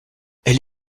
elle